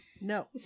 No